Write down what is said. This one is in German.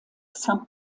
saint